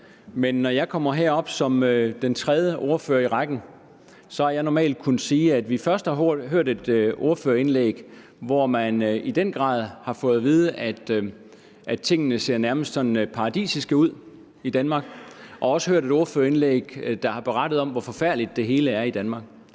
men når jeg kommer herop som den tredje ordfører i rækken, har jeg normalt kunnet sige, at vi først har hørt et ordførerindlæg, hvor man i den grad har fået at vide, at tingene ser nærmest sådan paradisiske ud i Danmark, og at vi også har hørt et ordførerindlæg, der har berettet om, hvor forfærdeligt det hele er i Danmark.